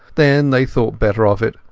then they thought better of it,